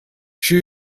she